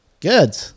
Good